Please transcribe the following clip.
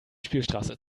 spielstraße